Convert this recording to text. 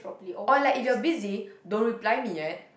or like if you're busy don't reply me yet